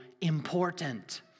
important